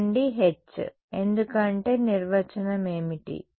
దాని నుండి H ఎందుకంటే నిర్వచనం ఏమిటి